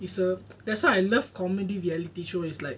is a that's why I love comedy reality show is like